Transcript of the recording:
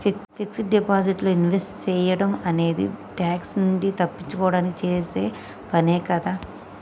fixed deposit లో invest సేయడం అనేది ట్యాక్స్ నుంచి తప్పించుకోడానికి చేసే పనే కదా